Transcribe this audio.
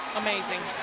amazing.